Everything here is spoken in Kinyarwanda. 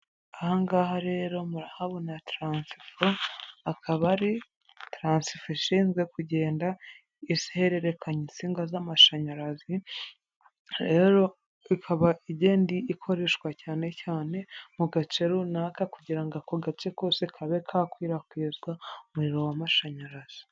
Aha ngaha rero murahabona taransifo akaba ari taransifo ishinzwe kugenda izihererekanya insinga z'amashanyarazi, rero ikaba igenda ikoreshwa cyane cyane mu gace runaka kugira ako gace kose kabe kakwirakwizwa umuriro w'amashanyarazi.